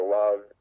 love